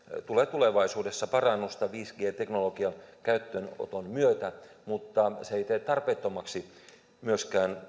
tulee tulevaisuudessa parannusta viisi g teknologian käyttöönoton myötä mutta se ei tee tarpeettomaksi myöskään